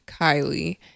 kylie